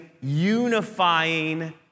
unifying